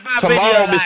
Tomorrow